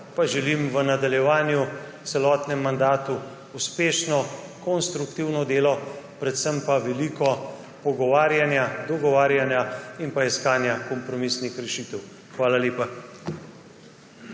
pa želim v nadaljevanju v celotnem mandatu uspešno, konstruktivno delo, predvsem pa veliko pogovarjanja, dogovarjanja in iskanja kompromisnih rešitev. Hvala lepa.